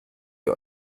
ihr